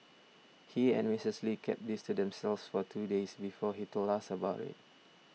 he and Miss Lee kept this to themselves for two days before he told us about it